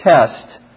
test